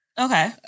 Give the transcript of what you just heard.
Okay